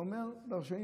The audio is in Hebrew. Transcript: זה אומר דרשני.